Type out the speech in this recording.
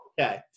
Okay